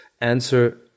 answer